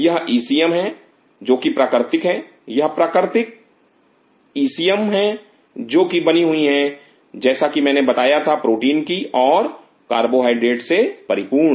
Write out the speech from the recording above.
यह ईसीएम हैं जो कि प्राकृतिक हैं यह प्राकृतिक ईसीएम है जो कि बनी हुई है जैसा की मैंने बताया था प्रोटीन की और कार्बोहाइड्रेट्स से परिपूर्ण